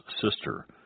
sister